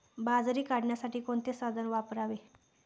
बाजरी काढण्यासाठी कोणते साधन वापरावे?